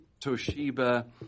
Toshiba